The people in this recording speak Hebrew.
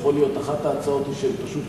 כמובן, זו הצעה שאושרה